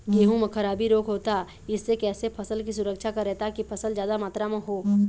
गेहूं म खराबी रोग होता इससे कैसे फसल की सुरक्षा करें ताकि फसल जादा मात्रा म हो?